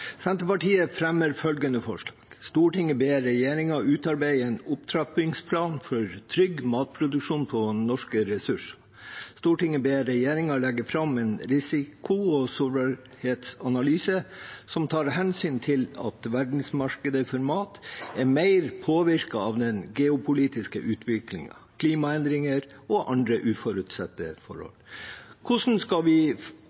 Senterpartiet fremmer følgende forslag: «Stortinget ber regjeringen utarbeide en opptrappingsplan for trygg matproduksjon på norske ressurser.» «Stortinget ber regjeringen legge frem en risiko- og sårbarhetsanalyse som tar hensyn til at verdensmarkedet for mat er mer påvirket av den geopolitiske utviklingen, klimaendringer og andre uforutsette forhold.» Hvordan skal vi